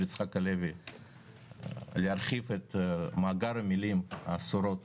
יצחק הלוי להרחיב את מעגל המילים האסורות